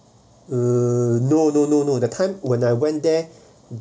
uh no no no no that time when I went there